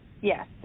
Yes